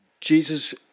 Jesus